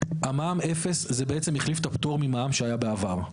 מע"מ אפס בעצם החליף את הפטור ממע"מ שהיה בעבר.